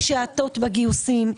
יש האטות בגיוסים,